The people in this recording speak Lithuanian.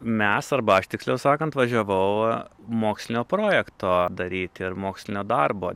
mes arba aš tiksliau sakant važiavau mokslinio projekto daryti ir mokslinio darbo